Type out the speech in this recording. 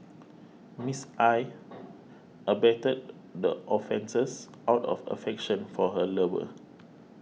Miss I abetted the offences out of affection for her lover